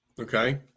okay